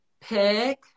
pick